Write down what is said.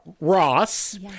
Ross